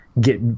get